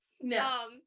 No